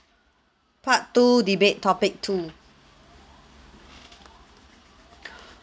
part two debate topic two